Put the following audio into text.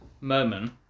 moment